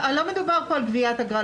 לא מדובר פה על גביית אגרה.